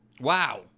Wow